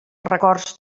records